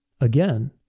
again